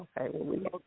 Okay